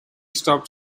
stopped